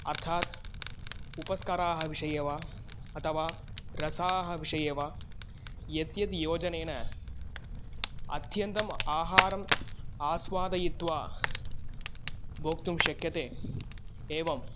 अर्थात् उपस्कराः विषये वा अथवा रसाः विषये वा यद्यत् योजनेन अत्यन्तम् आहारम् आस्वादयित्वा भोक्तुं शक्यते एवं